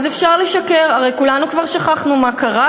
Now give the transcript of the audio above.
אז אפשר לשקר, הרי כולנו כבר שכחנו מה קרה.